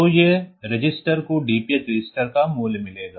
तो उस रजिस्टर को DPH रजिस्टर का मूल्य मिलेगा